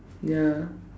ya